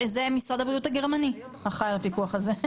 זה משרד הבריאות הגרמני שאחראי על הפיקוח הזה.